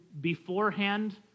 beforehand